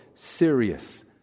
serious